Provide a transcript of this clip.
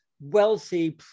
wealthy